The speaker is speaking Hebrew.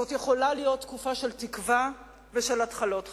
זאת יכולה להיות תקופה של תקווה ושל התחלות חדשות.